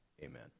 Amen